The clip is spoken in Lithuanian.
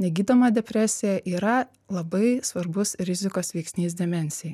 negydoma depresija yra labai svarbus rizikos veiksnys demencijai